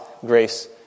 grace